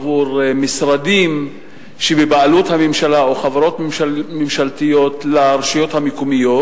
עבור משרדים שבבעלות הממשלה או חברות ממשלתיות לרשויות המקומיות,